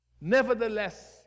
nevertheless